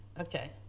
Okay